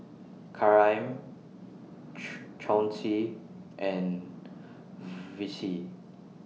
Karyme Chauncey and Vicie